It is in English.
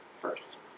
first